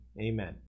amen